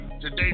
today